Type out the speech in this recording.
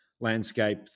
landscape